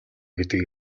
гэдэг